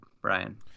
Brian